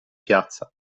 piazza